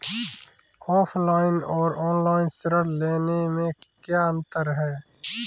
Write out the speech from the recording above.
Offline और online ऋण लेने में क्या अंतर है?